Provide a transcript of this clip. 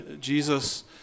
Jesus